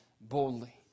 boldly